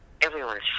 everyone's